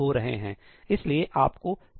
इसलिए आपको chunk size बहुत छोटा नहीं रखना चाहिए